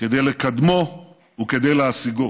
כדי לקדמו וכדי להשיגו.